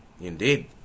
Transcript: Indeed